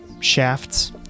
Shafts